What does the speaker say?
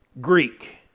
greek